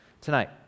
tonight